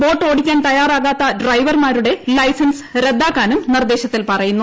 boat ഓട്ടിക്കാൻ തയ്യാറാകാത്ത ഡ്രൈവർമാരുടെ ലൈസൻസ് റദ്ദാക്കാനു ് മ്പൂർദ്ദേശത്തിൽ പറയുന്നു